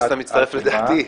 אז אתה מצטרף לדעתי.